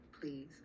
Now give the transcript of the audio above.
please